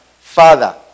Father